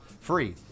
free